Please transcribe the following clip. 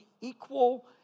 equal